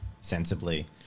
sensibly